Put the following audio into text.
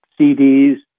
CDs